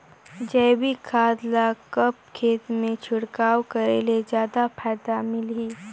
जैविक खाद ल कब खेत मे छिड़काव करे ले जादा फायदा मिलही?